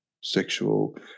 sexual